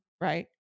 right